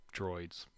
droids